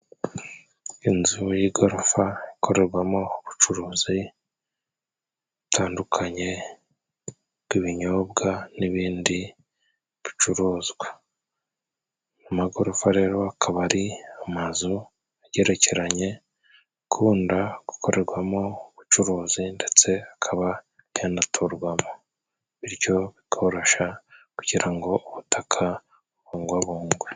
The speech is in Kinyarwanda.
Inzu y'igorofa ikorerwamo ubucuruzi butandukanye bw'ibinyobwa, n'ibindi bicuruzwa. Amagorofa rero, akaba ari amazu agerekeranye, akunda gukorerwamo ubucuruzi, ndetse akaba yanaturwamo. Bityo bikorosha kugira ngo ubutaka bubungwabungwe.